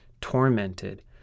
tormented